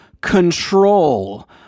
Control